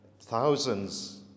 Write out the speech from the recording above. thousands